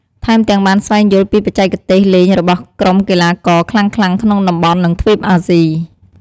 ថែមទាំងបានស្វែងយល់ពីបច្ចេកទេសលេងរបស់ក្រុមកីឡាករខ្លាំងៗក្នុងតំបន់ និងទ្វីបអាស៊ី។